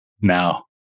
now